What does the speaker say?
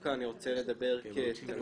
דווקא אני רוצה לדבר כתלמיד.